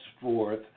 forth